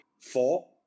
four